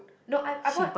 no I I bought